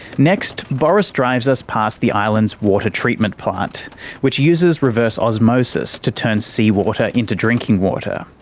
next, boris drives us past the island's water treatment plant which uses reverse osmosis to turn seawater into drinking water.